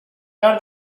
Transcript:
nord